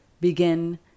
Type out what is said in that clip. begin